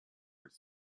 its